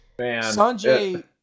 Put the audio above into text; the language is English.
Sanjay